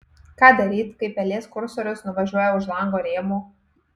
ką daryt kai pelės kursorius nuvažiuoja už lango rėmų